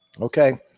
Okay